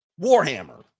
Warhammer